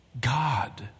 God